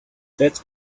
that’s